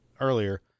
earlier